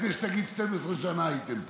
לפני שתגיד "12 שנה הייתם פה".